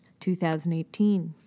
2018